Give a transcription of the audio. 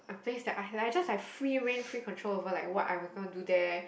place that I just like free reign free control over like what I was gonna do there